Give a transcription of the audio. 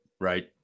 right